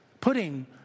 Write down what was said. putting